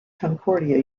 concordia